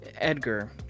Edgar